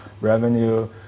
revenue